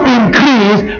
increase